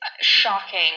shocking